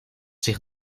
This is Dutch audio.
zich